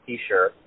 T-shirt